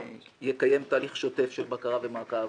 יקיים תהליך שוטף של בקרה ומעקב.